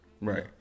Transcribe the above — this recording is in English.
Right